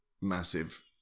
massive